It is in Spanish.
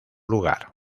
lugar